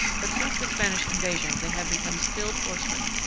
but since the spanish invasion they have become skilled horsemen.